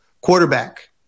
quarterback